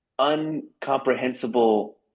uncomprehensible